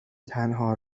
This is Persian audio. تنها